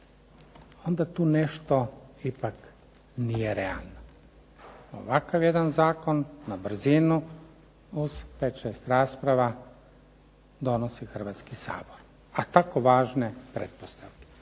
onda tu nešto ipak nije realno. Ovakav jedan zakon na brzinu uz pet, šest rasprava donosi Hrvatski sabor, a tako važne pretpostavke.